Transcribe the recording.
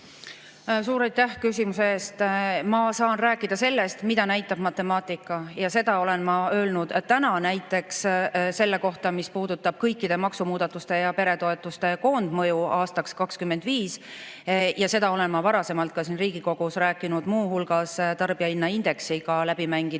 Suur aitäh küsimuse eest! Ma saan rääkida sellest, mida näitab matemaatika. Seda olen ma öelnud täna näiteks selle kohta, mis puudutab kõikide maksumuudatuste ja peretoetuste koondmõju aastaks 2025. Ja seda olen ma varasemalt ka siin Riigikogus rääkinud, muu hulgas tarbijahinnaindeksiga läbi mängides,